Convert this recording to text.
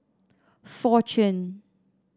fortune